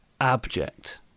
abject